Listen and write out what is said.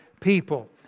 people